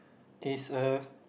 is a